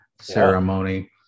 ceremony